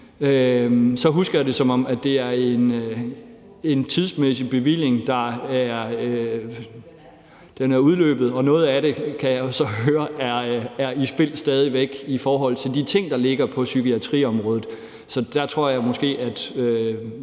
husker jeg det, som om det er en tidsmæssig bevilling, der er udløbet, og noget af det kan jeg jo så høre stadig væk er i spil i forhold til de ting, der ligger på psykiatriområdet. Så der tror jeg måske, at